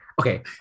Okay